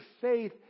faith